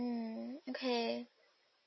mm okay